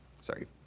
Sorry